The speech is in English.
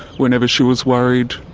whenever she was worried,